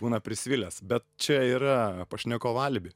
būna prisvilęs bet čia yra pašnekovo alibi